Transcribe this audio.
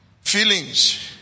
Feelings